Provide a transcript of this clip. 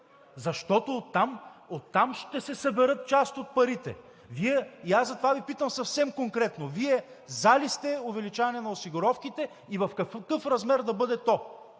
Защото оттам ще се съберат част от парите. И аз затова Ви питам съвсем конкретно: Вие за ли сте увеличаване на осигуровките и в какъв размер да бъде то?